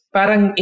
parang